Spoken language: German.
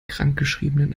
krankgeschriebenen